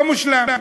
לא מושלם.